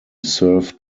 served